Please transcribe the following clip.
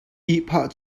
ihphah